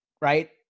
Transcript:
right